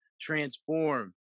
Transform